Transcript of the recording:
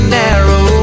narrow